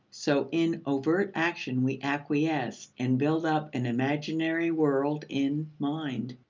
so in overt action we acquiesce, and build up an imaginary world in, mind.